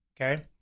Okay